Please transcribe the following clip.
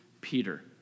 Peter